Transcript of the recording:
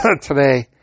today